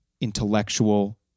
intellectual